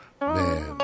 Man